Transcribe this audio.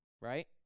right